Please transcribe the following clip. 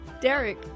Derek